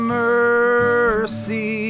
mercy